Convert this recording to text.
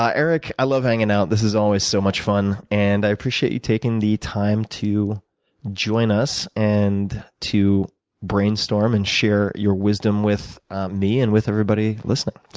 eric, i love hanging out. this is always so much fun. and i appreciate you taking the time to join us and to brainstorm and share your wisdom with me and with everybody listening.